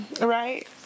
Right